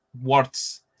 words